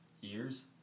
years